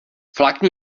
flákni